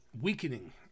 weakening